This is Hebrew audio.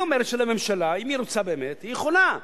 אני אומר לממשלה שאם היא רוצה באמת, היא יכולה.